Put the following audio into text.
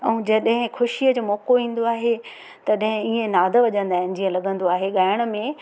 ऐं जॾहिं ख़ुशीअ जो मौक़ो ईंदो आहे तॾहिं ईंअं नाद वॼंदा आहिनि जीअं लगंदो आहे ॻाइण में